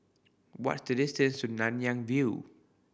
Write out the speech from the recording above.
what is the distance to Nanyang View